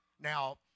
Now